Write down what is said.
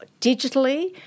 digitally